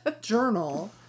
journal